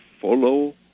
Follow